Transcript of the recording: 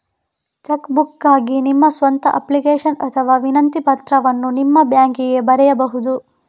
check ಬುಕ್ಗಾಗಿ ನಿಮ್ಮ ಸ್ವಂತ ಅಪ್ಲಿಕೇಶನ್ ಅಥವಾ ವಿನಂತಿ ಪತ್ರವನ್ನು ನಿಮ್ಮ ಬ್ಯಾಂಕಿಗೆ ಬರೆಯಬಹುದು